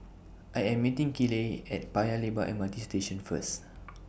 I Am meeting Kiley At Paya Lebar M R T Station First